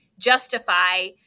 justify